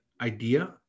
IDEA